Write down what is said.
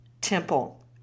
Temple